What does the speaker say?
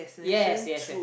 yes yes yes